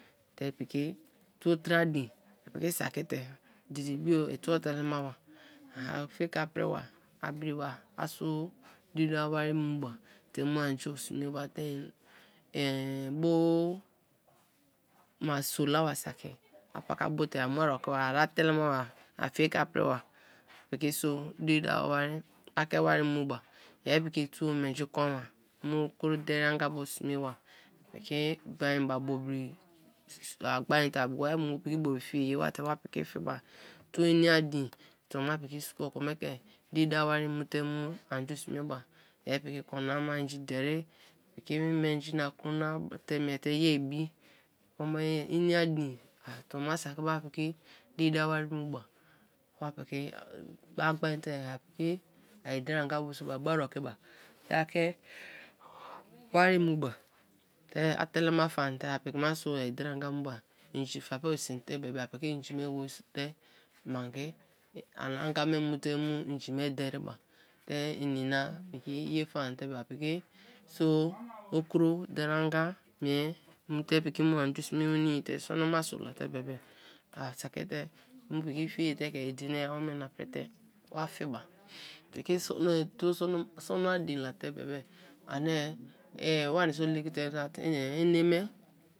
Te piki tuo tera din piki saki te dede bio, i tuo telemaba, a fie ke a priba, a briba, a so diri dawo wari mu ba te mu an ju sme ba te bo mai so la ba saki a paka bo te a mu ari o kaba, ara telemaba, a fie ka-priba, piki so diri dawo wari, a ka wari mu okro deri anga bo sme ba piki gbain ba bobri a gbain te a wari mu piki bobri fie ye ba te wa piki fi ba; tuo mai din tuo na piki schold, oki me ke diri dawo wari mu te mu an ju sme ba, yer piki ken na-a mu, a inji deri piki menji ma krona te mie ye ibi ini din, tuo ma saki ba a piki diri dawo wari mu ba wa gbain te piki aye deri anga wari so ba bo ari ki ba te a ke wari mu ba te a telema fam te a piki ma so a ye deri-anga mu ba, inji fe-a-pu i sin te be be a piki inji woriso te mangi ani anga me mu te mu inji me deri ba te ini na ye faan te be a piki so okro deri anga mie mu te piki mu anju sme nwenii te sono ma bo la te be be a saki te mu fie ye te ke idi na iwome na prite wa fie ba piki sono a din la te bebe ani eehn wani so le kri te that ene me.